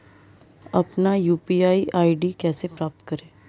अपना UPI ID कैसे प्राप्त करें?